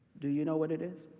do you know what it is?